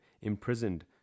imprisoned